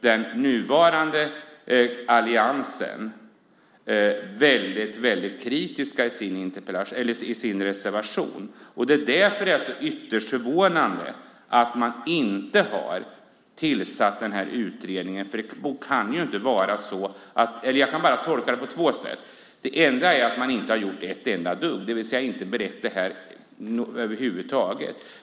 Därför är det ytterst förvånande att man inte har tillsatt denna utredning. Jag kan bara tolka det på två sätt. Det ena skulle vara att man inte har gjort ett enda dugg, det vill säga att man inte har berett detta över huvud taget.